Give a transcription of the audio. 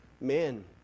men